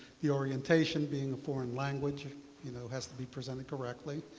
the orientation being a foreign language, it you know has to be presented correctly.